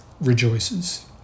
rejoices